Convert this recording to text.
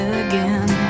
again